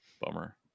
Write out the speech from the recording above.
Bummer